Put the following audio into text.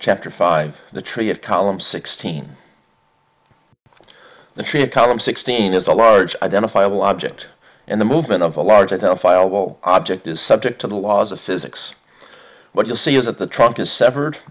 chapter five the tree of columns sixteen the tree a column sixteen is a large identifiable object and the movement of a large identifiable object is subject to the laws of physics what you'll see is that the trunk is severed